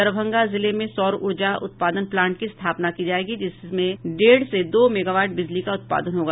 दरभंगा जिले में सौर ऊर्जा उत्पादन प्लांट की स्थापना की जायेगी जिससे डेढ़ से दो मेगावाट बिजली का उत्पादन होगा